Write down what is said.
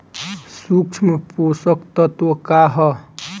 सूक्ष्म पोषक तत्व का ह?